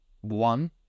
One